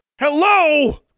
Hello